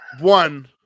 one